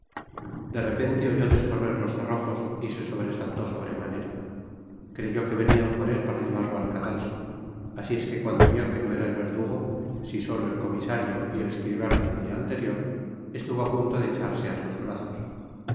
de repente oyó descorrer los cerrojos y se sobresaltó sobremanera creyó que venían por él para llevarlo al cadalso así es que cuando vió que no era el verdugo sí solo el comisario y el escribano del dia anterior estuvo á punto de echarse á sus brazos